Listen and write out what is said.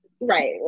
Right